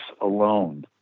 alone